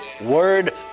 Word